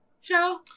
show